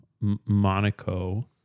Monaco